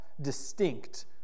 distinct